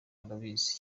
barabizi